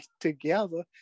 together